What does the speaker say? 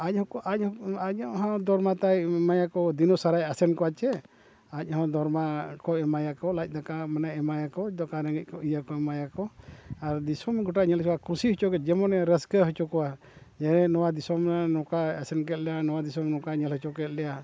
ᱟᱡ ᱦᱚᱸ ᱟᱡ ᱦᱚᱸ ᱟᱡᱟᱜ ᱦᱚᱸ ᱫᱚᱨ ᱢᱟ ᱛᱟᱭ ᱮᱢᱟᱭᱟᱠᱚ ᱫᱤᱱᱳᱥᱟᱨᱟᱭ ᱟᱥᱮᱱ ᱠᱚᱣᱟ ᱪᱮ ᱟᱡ ᱦᱚᱸ ᱫᱚᱨ ᱢᱟ ᱠᱚ ᱮᱢᱟᱭᱟᱠᱚ ᱞᱟᱡ ᱫᱟᱠᱟ ᱢᱟᱱᱮ ᱮᱢᱟᱭᱟᱠᱚ ᱫᱟᱠᱟ ᱨᱮᱸᱜᱮᱡ ᱠᱚ ᱤᱭᱟᱹ ᱠᱚ ᱮᱢᱟᱭᱟᱠᱚ ᱟᱨ ᱫᱤᱥᱚᱢ ᱜᱚᱴᱟ ᱧᱮᱞ ᱦᱚᱪᱚ ᱠᱚᱣᱟ ᱠᱩᱥᱤ ᱦᱚᱪᱚ ᱠᱚᱣᱟᱭ ᱡᱮᱢᱚᱱᱮ ᱨᱟᱹᱥᱠᱟᱹ ᱦᱚᱪᱚ ᱠᱚᱣᱟ ᱡᱮ ᱱᱚᱣᱟ ᱫᱤᱥᱚᱢ ᱨᱮ ᱱᱚᱝᱠᱟ ᱟᱥᱮᱱ ᱠᱮᱫ ᱞᱮᱭᱟ ᱱᱚᱣᱟ ᱫᱤᱥᱚᱢ ᱱᱚᱝᱠᱟ ᱧᱮᱞ ᱦᱚᱪᱚ ᱠᱮᱫ ᱞᱮᱭᱟ